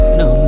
no